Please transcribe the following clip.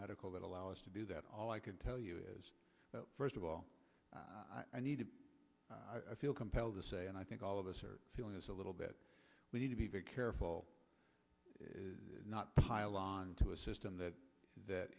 medical that allow us to do that all i can tell you is first of all i need to i feel compelled to say and i think all of us are feeling is a little bit we need to be very careful not pile on to a system that